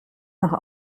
noch